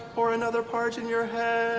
or another part in your head.